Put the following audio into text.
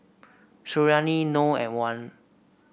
Suriani Noh and Wan